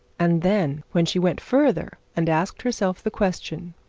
and then when she went further, and asked herself the question,